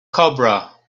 cobra